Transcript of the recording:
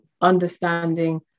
understanding